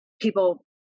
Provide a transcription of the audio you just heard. people